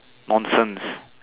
nonsense